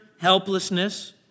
helplessness